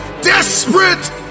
desperate